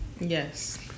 Yes